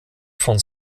von